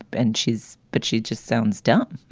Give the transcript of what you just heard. and she's but she just sounds dumb